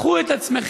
קחו את עצמכם,